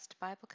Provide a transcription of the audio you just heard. Bible